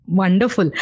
Wonderful